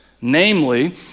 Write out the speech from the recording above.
Namely